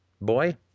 boy